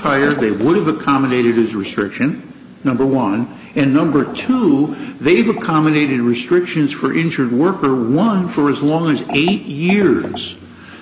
retired they would have accommodated his restriction number one and number two they've accommodated restrictions for injured worker one for as long as eight years